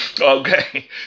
Okay